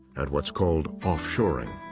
at what's called offshoring.